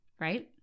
Right